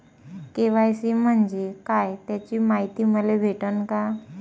KYC म्हंजे काय त्याची मायती मले भेटन का?